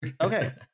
Okay